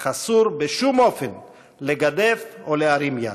אך אסור בשום אופן לגדף או להרים יד,